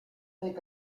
think